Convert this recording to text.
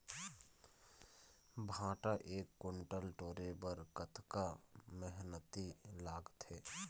भांटा एक कुन्टल टोरे बर कतका मेहनती लागथे?